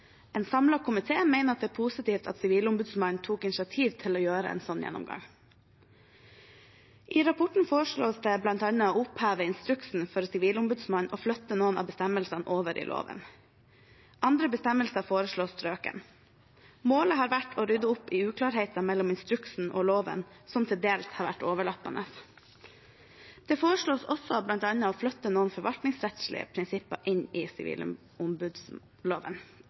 En samlet komité mener det er positivt at Sivilombudsmannen tok initiativ til å foreta en slik gjennomgang. I rapporten foreslås det bl.a. å oppheve instruksen for Sivilombudsmannen og flytte noen av bestemmelsene over i loven. Andre bestemmelser foreslås strøket. Målet har vært å rydde opp i uklarheter mellom instruksen og loven, som til dels har vært overlappende. Det foreslås også bl.a. å flytte noen forvaltningsrettslige prinsipper inn i